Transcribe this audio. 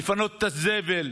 לפנות את הזבל,